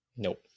Nope